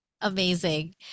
Amazing